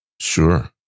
Sure